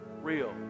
real